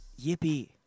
Yippee